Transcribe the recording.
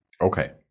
okay